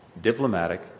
diplomatic